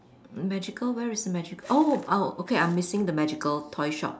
the magical where is the magical oh oh okay I'm missing the magical toy shop